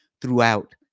throughout